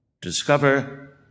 discover